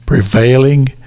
prevailing